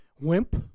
wimp